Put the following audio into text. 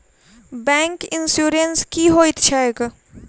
Bank insurance की होइत छैक?